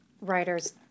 writers